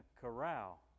corral